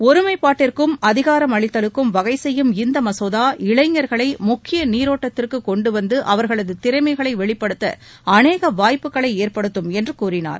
ஒருமைப்பாட்டிற்கும் அதிகாரமளித்தலுக்கும் வகை செய்யும் இந்த மசோதா இளைஞர்களை முக்கிய நீரோட்டத்திற்கு கொண்டுவந்து அவா்களது திறமைகளை வெளிப்படுத்த அநேக வாய்ப்புகளை ஏற்படுத்தும் என்று கூறினார்